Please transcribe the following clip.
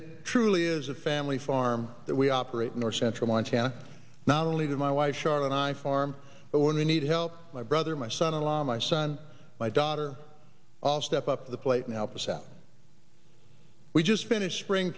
it truly is a family farm that we operate in north central montana not only to my wife sharyn i farm but when we need help my brother my son in law my son my daughter all step up to the plate and help us out we just finished spring